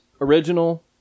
original